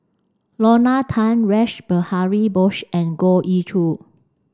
Lorna Tan Rash Behari Bose and Goh Ee Choo